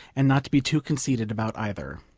and not to be too conceited about either.